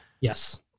Yes